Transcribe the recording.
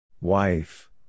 Wife